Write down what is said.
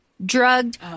drugged